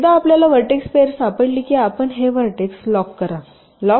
एकदा आपल्याला vertex pair सापडली की आपण हे व्हर्टेक्स लॉक करा